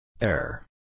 Air